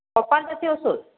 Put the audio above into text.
ওষুধ